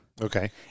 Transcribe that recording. Okay